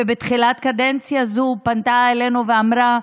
ובתחילת הקדנציה הזו היא פנתה אלינו ואמרה: